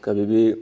कभी भी